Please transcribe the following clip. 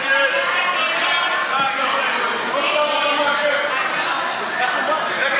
ההצעה להסיר מסדר-היום את הצעת החוק